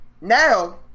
Now